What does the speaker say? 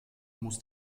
muss